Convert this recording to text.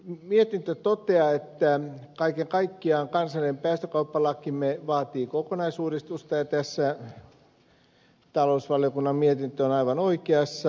mietintö toteaa että kaiken kaikkiaan kansallinen päästökauppalakimme vaatii kokonaisuudistusta ja tässä talousvaliokunnan mietintö on aivan oikeassa